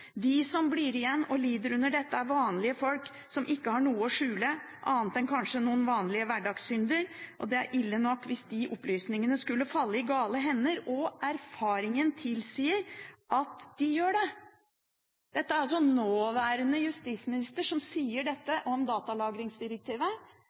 De som blir igjen, de som lider under dette, vil være vanlige folk som egentlig ikke har noe å skjule – annet enn vanlige hverdagssynder, og det kan være ille nok det hvis de opplysningene faller i gale hender. Erfaringen tilsier at de havner i gale hender.» Det er altså nåværende justisminister som sier